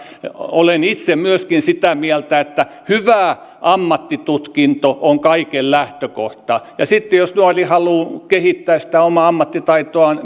olen itse myöskin sitä mieltä että hyvä ammattitutkinto on kaiken lähtökohta ja sitten jos nuori haluaa kehittää sitä omaa ammattitaitoaan